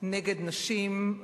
נגד נשים,